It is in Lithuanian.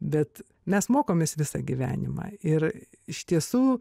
bet mes mokomės visą gyvenimą ir iš tiesų